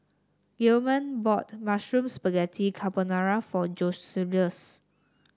Gilman bought Mushroom Spaghetti Carbonara for Joseluis